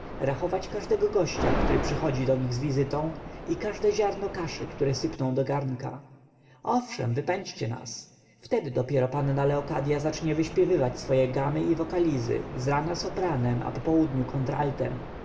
rachować każdego gościa który przychodzi do nich z wizytą i każde ziarno kaszy które sypią do garnka owszem wypędźcie nas wtedy dopiero panna leokadya zacznie wyśpiewywać swoje gamy i wokalizy z rana sopranem a po południu kontraltem i